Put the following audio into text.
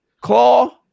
Claw